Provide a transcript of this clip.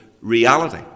reality